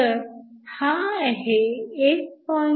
तर हा आहे 1